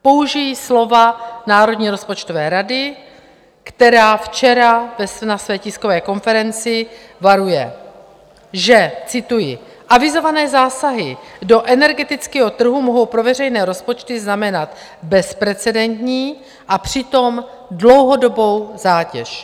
Použiji slova Národní rozpočtové rady, která včera na své tiskové konferenci varuje, že cituji: Avizované zásahy do energetického trhu mohou po veřejné rozpočty znamenat bezprecedentní a přitom dlouhodobou zátěž.